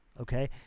okay